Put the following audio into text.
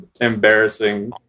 embarrassing